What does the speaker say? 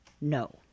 no